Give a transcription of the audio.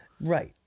Right